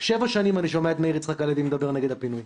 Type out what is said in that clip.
שבע שנים אני שומע את מאיר יצחק הלוי מדבר נגד הפינוי.